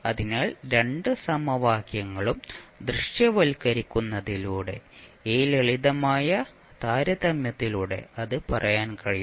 അതിനാൽ രണ്ട് സമവാക്യങ്ങളും ദൃശ്യവൽക്കരിക്കുന്നതിലൂടെ ഈ ലളിതമായ താരതമ്യത്തിലൂടെ അത് പറയാൻ കഴിയും